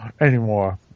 anymore